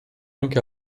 anche